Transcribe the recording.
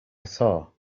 saw